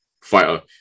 fighter